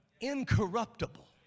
Incorruptible